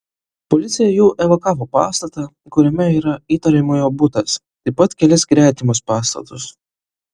policija jau evakavo pastatą kuriame yra įtariamojo butas taip pat kelis gretimus pastatus